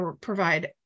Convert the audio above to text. provide